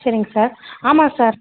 சரிங்க சார் ஆமாம் சார்